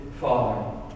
father